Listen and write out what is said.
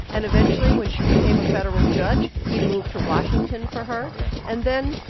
and eventually when she became a federal judge, he moved to washington for her yeah and then,